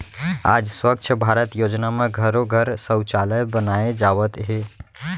आज स्वच्छ भारत योजना म घरो घर सउचालय बनाए जावत हे